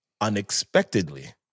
unexpectedly